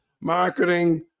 marketing